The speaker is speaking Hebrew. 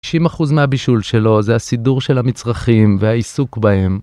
90% מהבישול שלו זה הסידור של המצרכים והעיסוק בהם.